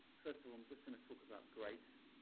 first of all, i'm just going to talk about grace